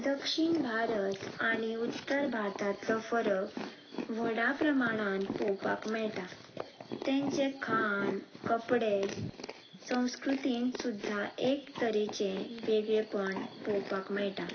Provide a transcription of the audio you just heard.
दक्षिण भारत आनी उत्तर भारतांतलो फरक व्हडा प्रमाणान पोवपाक मेळटा तेंचे खाण कपडे संस्कृतीन सुद्दां एक तरेचे वेगळेपण पोवपाक मेळटा